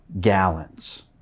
gallons